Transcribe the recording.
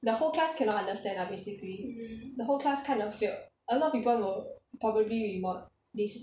the whole class cannot understand lah basically the whole class kind of failed a lot of people will probably re mod this